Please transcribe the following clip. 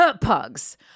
Pugs